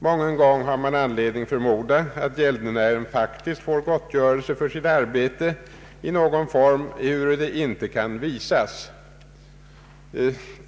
Mången gång finns det anledning förmoda att gälde nären faktiskt får gottgörelse för sitt arbete i någon form, ehuru det inte kan visas.